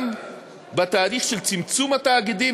גם בתהליך מספר צמצום התאגידים,